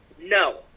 No